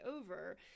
over